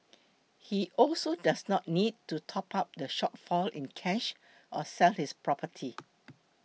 he also does not need to top up the shortfall in cash or sell his property